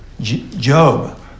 Job